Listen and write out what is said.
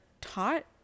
taught